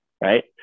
right